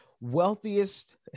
wealthiest